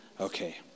Okay